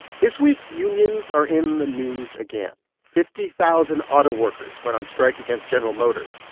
this week unions are in the news again fifty thousand autoworkers went on strike against general motors.